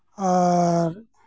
ᱟᱨ